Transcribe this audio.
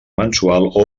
mensual